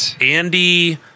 Andy